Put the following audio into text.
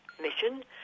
mission